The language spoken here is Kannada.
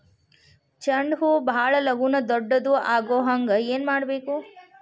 ಚಂಡ ಹೂ ಭಾಳ ಲಗೂನ ದೊಡ್ಡದು ಆಗುಹಂಗ್ ಏನ್ ಮಾಡ್ಬೇಕು?